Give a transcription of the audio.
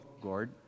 Gord